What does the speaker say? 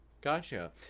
gotcha